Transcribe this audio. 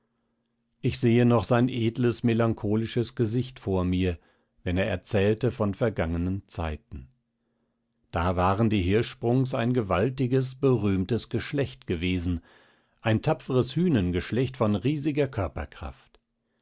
ich sehe noch sein edles melancholisches gesicht vor mir wenn er erzählte von vergangenen zeiten da waren die hirschsprungs ein gewaltiges berühmtes geschlecht gewesen ein tapferes hünengeschlecht von riesiger körperkraft